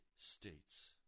states